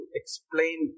explain